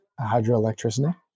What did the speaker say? hydroelectricity